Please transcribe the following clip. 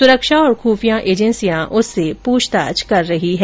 सुरक्षा और खुफिया एजेन्सियां उससे पूछताछ कर रही है